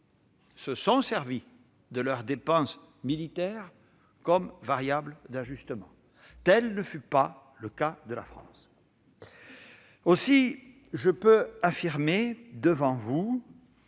se sont servis de leurs dépenses militaires comme variable d'ajustement. Tel ne fut pas le cas de la France. Aussi, je peux affirmer devant vous